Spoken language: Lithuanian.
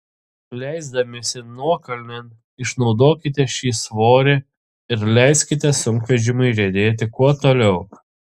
leisdamiesi nuokalnėn išnaudokite šį svorį ir leiskite sunkvežimiui riedėti kuo toliau